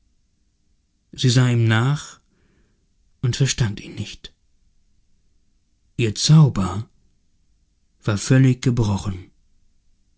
sie sah ihm nach und verstand ihn nicht ihr zauber war völlig gebrochen